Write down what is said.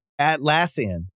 Atlassian